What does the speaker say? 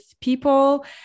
people